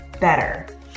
better